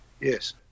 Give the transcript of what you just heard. yes